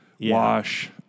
Wash